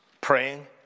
praying